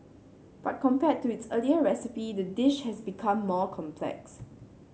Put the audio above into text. but compared to its earlier recipe the dish has become more complex